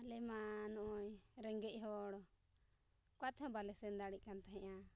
ᱟᱞᱮ ᱢᱟ ᱱᱚᱜᱼᱚᱸᱭ ᱨᱮᱸᱜᱮᱡ ᱦᱚᱲ ᱚᱠᱟ ᱛᱮᱦᱚᱸ ᱵᱟᱞᱮ ᱥᱮᱱ ᱫᱟᱲᱮᱭᱟᱜ ᱠᱟᱱ ᱛᱟᱦᱮᱸᱜᱼᱟ